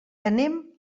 anem